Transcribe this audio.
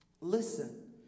Listen